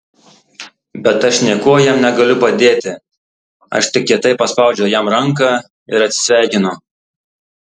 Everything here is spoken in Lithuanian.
bet aš niekuo jam negaliu padėti aš tik kietai paspaudžiu jam ranką ir atsisveikinu